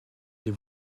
des